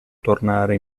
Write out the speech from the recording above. tornare